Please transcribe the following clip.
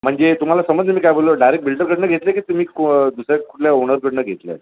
म्हणजे तुम्हाला समजलं मी काय बोललो डायरेक्ट बिल्डरकडून घेतले की तुम्ही क दुसऱ्या कुठल्या ओनरकडून घेतला आहे